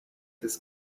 this